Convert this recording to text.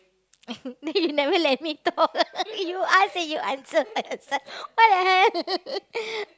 you never let me talk you ask then you answer !what-the-hell!